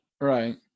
Right